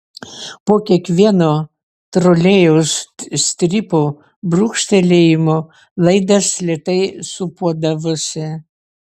po kiekvieno trolėjaus strypo brūkštelėjimo laidas lėtai sūpuodavosi